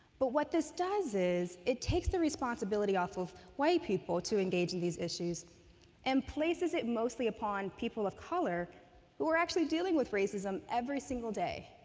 but what this does is it takes the responsibility off of white people to engage in these issues and places it mostly upon people of color who are actually dealing with racism every single day.